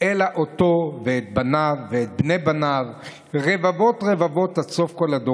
אלא אותו ואת בניו ואת בני בניו,